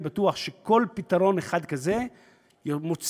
אני בטוח שכל פתרון אחד כזה מוציא